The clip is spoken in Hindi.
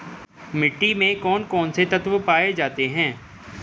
मिट्टी में कौन कौन से तत्व पाए जाते हैं?